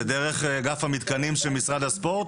זה דרך אגף המתקנים של משרד הספורט,